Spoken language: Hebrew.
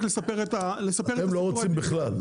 אתם לא רוצים בכלל,